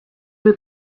with